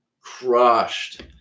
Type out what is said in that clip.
Crushed